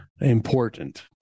important